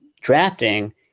drafting